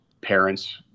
parents